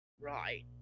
Right